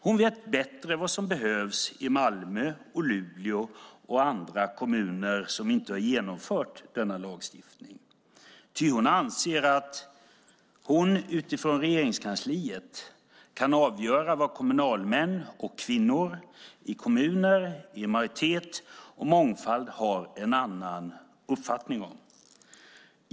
Hon vet bättre vad som behövs i Malmö, Luleå och andra kommuner som inte har genomfört denna lagstiftning. Hon anser att hon från Regeringskansliet kan avgöra vad kommunalmän och kvinnor i kommuner i majoritet och mångfald har en annan uppfattning om.